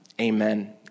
Amen